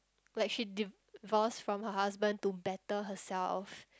like she divorce from her husband to better herself